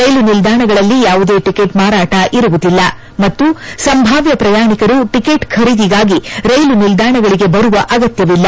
ರೈಲು ನಿಲ್ದಾಣಗಳಲ್ಲಿ ಯಾವುದೇ ಟಿಕೆಟ್ ಮಾರಾಟವಿರುವುದಿಲ್ಲ ಮತ್ತು ಸಂಭಾವ್ಯ ಪ್ರಯಾಣಿಕರು ಟಿಕೆಟ್ ಖರೀದಿಗಾಗಿ ರೈಲು ನಿಲ್ದಾಣಗಳಿಗೆ ಬರುವ ಅಗತ್ಯವಿಲ್ಲ